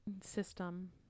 system